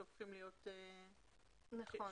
נכון.